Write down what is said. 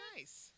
Nice